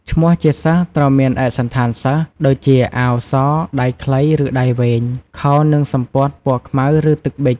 ឈ្នោះជាសិស្សត្រូវមានឯកសណ្ឋានសិស្ស ដូចជាអាវសដៃខ្លីឬដៃវែង ខោនិងសំពត់ពណ៌ខ្មៅឬទឹកប៊ិច។